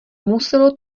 muselo